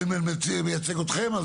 אם הוא מייצג אתכם.